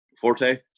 forte